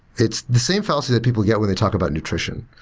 it's the same fallacy that people get when they talk about nutrition,